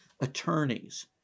attorneys